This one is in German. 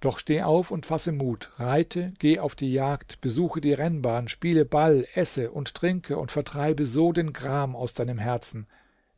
doch steh auf und fasse mut reite geh auf die jagd besuche die rennbahn spiele ball esse und trinke und vertreibe so den gram aus deinem herzen